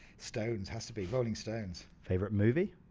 stones, has to be, rolling stones. favourite movie.